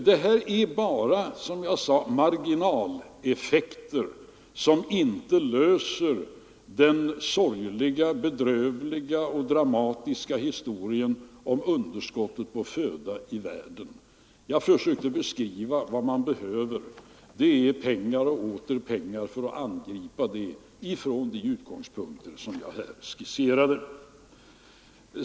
Det här är bara, som jag sade, marginaleffekter som inte löser det sorgliga, bedrövliga och dramatiska problemet med underskottet på föda i världen. Jag försökte beskriva vad man behöver — det är pengar och åter pengar för att angripa problemet från de utgångspunkter som jag här skisserade.